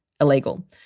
illegal